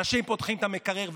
אנשים פותחים את המקרר,